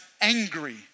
angry